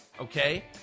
okay